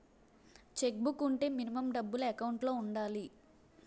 Check book వుంటే minimum డబ్బులు account లో ఉండాలి?